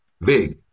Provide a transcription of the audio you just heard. Big